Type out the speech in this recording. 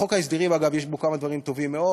בחוק ההסדרים, אגב, יש כמה דברים טובים מאוד.